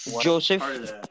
Joseph